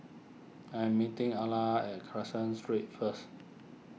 I am meeting Alla at Caseen Street first